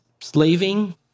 slaving